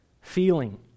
feeling